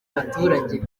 abaturage